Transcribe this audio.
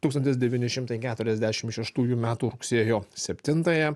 tūkstantis devyni šimtai keturiasdešim šeštųjų metų rugsėjo septintąją